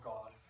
God